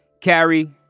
Carrie